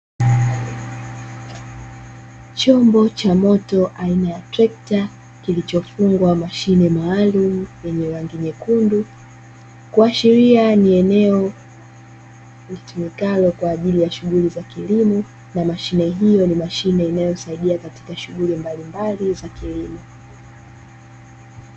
Chombo cha moto aina ya trekta, kilichofungwa mashine maalumu chenye rangi nyekundu kiashiria ni eneo litumikalo kwaajili ya shunguli ya kilimo, na mashine hiyo ni mashine inayosaidia katika shunghuli mbalimbali za kilimo.